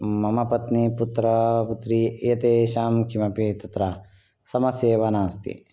मम पत्नी पुत्र पुत्री एतेषां किमपि तत्र समस्या एव नास्ति